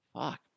Fuck